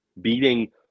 beating